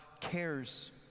cares